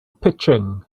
pitching